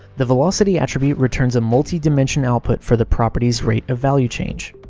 the velocity attribute returns a multi-dimension output for the property's rate of value change.